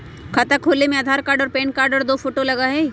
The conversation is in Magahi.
खाता खोले में आधार कार्ड और पेन कार्ड और दो फोटो लगहई?